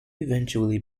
eventually